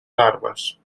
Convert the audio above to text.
larves